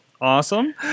awesome